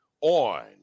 on